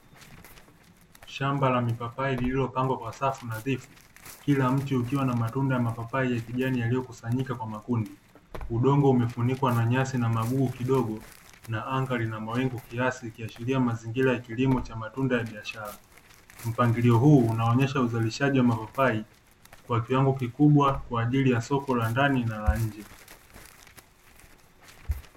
Shamba la mipapai lililopangwa kwa safu nadhifu, kila mti ukiwa na matunda ya mapapai ya kijani yaliyokusanyika kwa makundi. Udongo umefunikwa na nyasi na magugu kidogo, na anga lina mawingu kiasi, ikiashiria mazingira ya kilimo cha matunda ya biashara. Mpangilio huu unaonyesha uzalishaji wa mapapai kwa kiwango kikubwa, kwa ajili ya soko la ndani na nje.